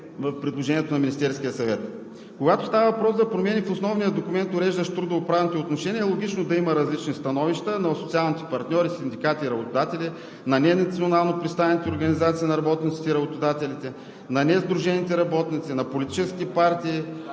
в предложението на Министерския съвет. Когато става въпрос за промени в основния документ, уреждащ трудовоправните отношения, е логично да има различни становища на социалните партньори, синдикати и работодатели, на ненационално представените организации на работниците и работодателите, на несдружените работници, на политическите партии,